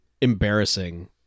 embarrassing